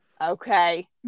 Okay